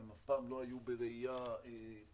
אף פעם לא היו בראייה צרה.